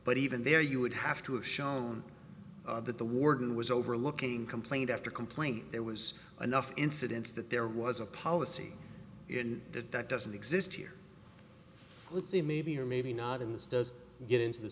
but even there you would have to have shown that the warden was overlooking complaint after complaint there was another incident that there was a policy that that doesn't exist here let's see maybe or maybe not in this does get into the